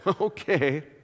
okay